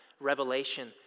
revelation